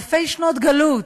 אלפי שנות גלות,